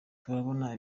turabona